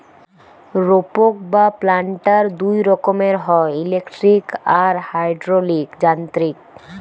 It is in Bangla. রোপক বা প্ল্যান্টার দুই রকমের হয়, ইলেকট্রিক আর হাইড্রলিক যান্ত্রিক